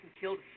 killed